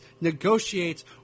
negotiates